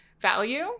value